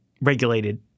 regulated